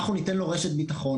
אנחנו ניתן לו רשת ביטחון.